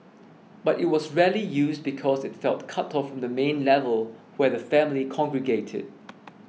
but it was rarely used because it felt cut off from the main level where the family congregated